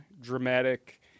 dramatic